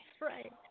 right